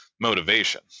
motivation